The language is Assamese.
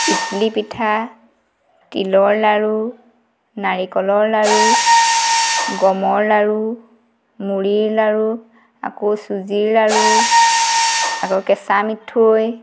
ইদলি পিঠা তিলৰ লাড়ু নাৰিকলৰ লাড়ু গমৰ লাড়ু মুৰিৰ লাড়ু আকৌ চুজিৰ লাড়ু আকৌ কেঁচা মিঠৈ